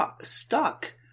stuck